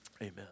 Amen